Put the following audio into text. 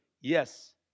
Yes